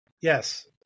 yes